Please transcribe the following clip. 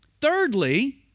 Thirdly